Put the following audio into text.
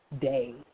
day